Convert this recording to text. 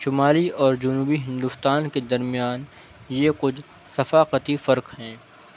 شمالی اور جنوبی ہندوستان کے درمیان یہ کچھ ثفاقتی فرق ہیں